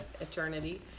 eternity